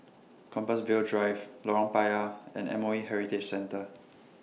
Compassvale Drive Lorong Payah and M O E Heritage Centre